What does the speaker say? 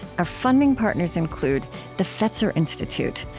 our funding partners include the fetzer institute,